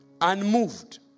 unmoved